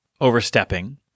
overstepping